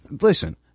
listen